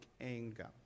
anger